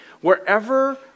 wherever